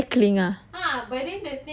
kau pergi cycling ah